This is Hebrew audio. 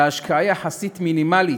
בהשקעה יחסית מינימלית,